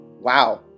wow